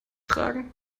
tragen